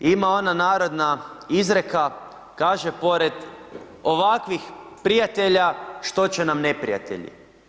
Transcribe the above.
Ima ona narodna izreka, kaže, pored ovakvih prijatelja, što će nam neprijatelji.